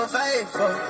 faithful